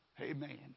Amen